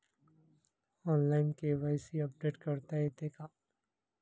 Online KYC update करता येते का?